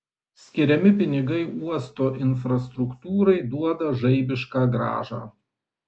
skiriami pinigai uosto infrastruktūrai duoda žaibišką grąžą